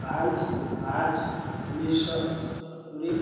ପାଞ୍ଚ ମାର୍ଚ୍ଚ ଉଣେଇଶିଶହ ସତୁରୀ